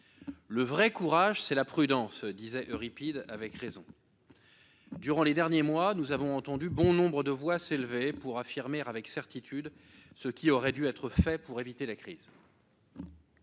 Le vrai courage, c'est la prudence », disait Euripide avec raison. Durant les derniers mois, nous avons entendu bon nombre de voix s'élever pour affirmer avec certitude ce qui aurait dû être fait pour éviter la crise.